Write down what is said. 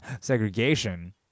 segregation